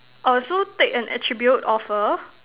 oh so take an attribute of a